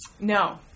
No